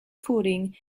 footing